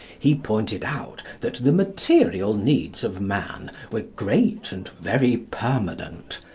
he pointed out that the material needs of man were great and very permanent,